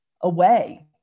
away